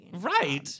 Right